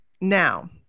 Now